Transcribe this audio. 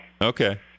Okay